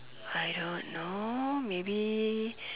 I don't know maybe